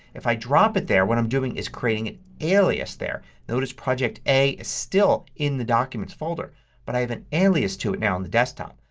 if i drop it there what i'm doing is creating an alias there. there. notice project a is still in the documents folder but i have an alias to it now in the desktop.